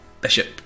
bishop